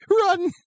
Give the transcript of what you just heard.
run